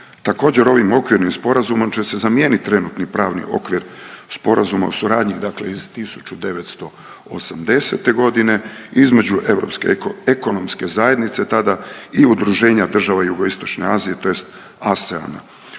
Također ovim okvirnim sporazumom će se zamijeniti trenutni pravni okvir Sporazuma o suradnji iz 1980.g. između Europske ekonomske zajednice tada i Udruženja država Jugoistočne Azije tj. ASEAN-a.